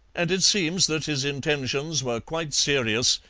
and it seems that his intentions were quite serious,